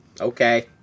okay